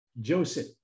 Joseph